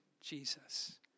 Jesus